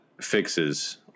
fixes